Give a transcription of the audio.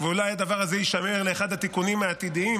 ואולי הדבר הזה יישמר לאחד התיקונים העתידיים